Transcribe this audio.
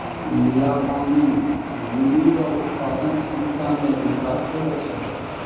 नीला पानी लीली रो उत्पादन क्षमता मे बिकास होलो छै